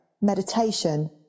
meditation